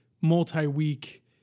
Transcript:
multi-week